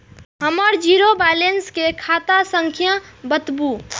हमर zero balance के खाता संख्या बतबु?